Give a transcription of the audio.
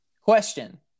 question